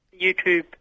YouTube